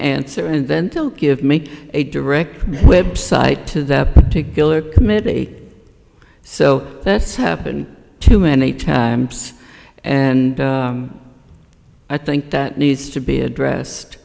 answer and then tell give me a direct website to that particular committee so that's happened too many times and i think that needs to be addressed